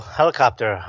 helicopter